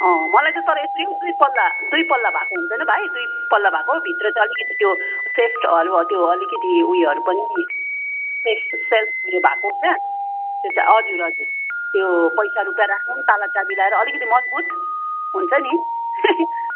अँ मलाई चाहिँ तर एप्री उप्री पल्ला दुई पल्ला भएको हुन्छ होइन भाइ दुई पल्ला भएको भित्र चाहिँ अलिकति त्यो सेफ होला हो त्यो अलिकति उयोहरू पनि सेफ टु सेल्फ उयो भएको के त्यो चाहिँ हजुर हजुर त्यो पैसाहरू रुपियाँ राख्नु पनि ताला चाबी लगाएर अलिकति मजबुत हुन्छ नि